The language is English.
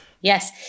yes